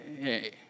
hey